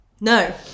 no